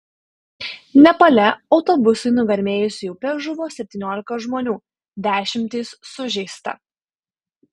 nepale autobusui nugarmėjus į upę žuvo septyniolika žmonių dešimtys sužeista